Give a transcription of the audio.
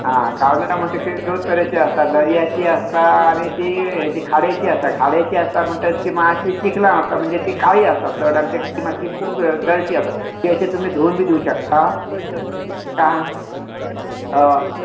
आं काळुंदरां मात दोन तरेची आसतात दर्याची आसता आनी ती ही खाडेची आसता खाडेची आसता म्हणटात ती चिखलान आसतात म्हणजे ती काळी आसतात म्हणजे ती मात्शी खूब डर्टी आसता ती अशीं तुमी धूवन बी दिवं शकता कांय हय